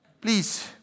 please